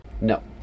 no